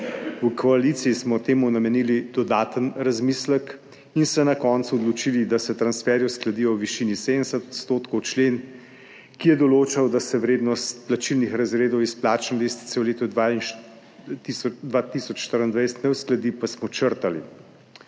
V koaliciji smo temu namenili dodaten razmislek in se na koncu odločili, da se transferji uskladijo v višini 70 %, člen, ki je določal, da se vrednost plačilnih razredov iz plačne lestvice v letu 2024 ne uskladi, pa smo črtali.